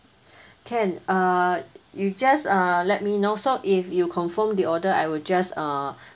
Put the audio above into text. can err you just err let me know so if you confirm the order I will just err